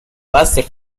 base